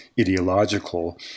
ideological